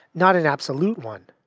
not an absolute one.